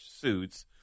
suits